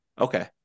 Okay